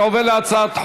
אני עובר להצעת חוק-יסוד: